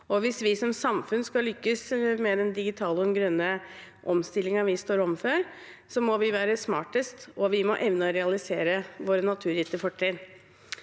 Hvis vi som samfunn skal lykkes med den digitale og grønne omstillingen vi står overfor, må vi være smartest, og vi må evne å realisere våre naturgitte fortrinn.